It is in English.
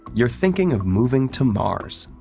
you're thinking of moving to mars.